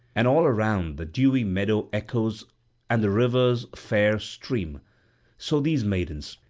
and all around the dewy meadow echoes and the river's fair stream so these maidens,